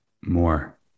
more